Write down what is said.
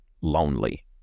lonely